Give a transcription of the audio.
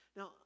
Now